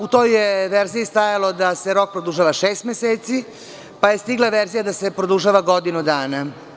U toj verziji je stajalo da se rok produžava šest meseci, pa je stigla verzija da se produžava godinu dana.